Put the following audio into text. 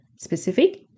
specific